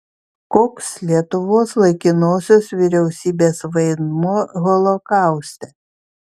koks lietuvos laikinosios vyriausybės vaidmuo holokauste